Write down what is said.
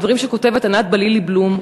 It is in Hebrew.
דברים שכותבת ענת בלילי-בלום,